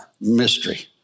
mystery